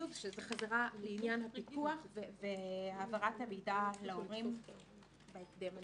זו חזרה לעניין הפיקוח והעברת המידע להורים בהקדם האפשרי.